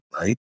right